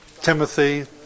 Timothy